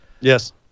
Yes